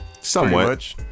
Somewhat